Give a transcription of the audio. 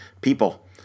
people